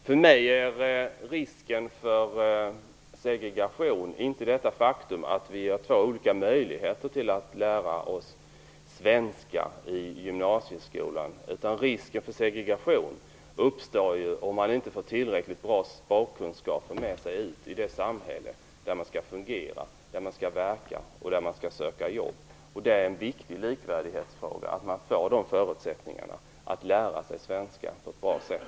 För mig ligger risken för segregation inte i detta faktum att det finns två olika möjligheter att lära sig svenska i gymnasieskolan. Risken för segregation uppstår om man inte får tillräckligt bra baskunskaper med sig ut i det samhälle där man skall fungera, där man skall verka och där man skall söka jobb. Det är en viktig likvärdighetsfråga att man får de förutsättningarna att lära sig svenska på ett bra sätt.